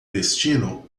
destino